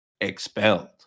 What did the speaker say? expelled